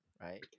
right